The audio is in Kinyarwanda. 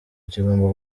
kigomba